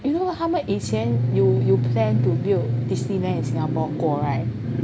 you know 他们以前有有 plan to build Disneyland in Singapore 过 right